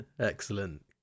Excellent